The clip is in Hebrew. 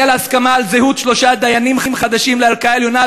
להסכמה על שלושה דיינים חדשים לערכאה העליונה,